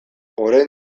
orain